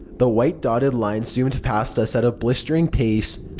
the white dotted lines zoomed past us at a blistering pace.